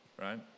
right